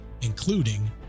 including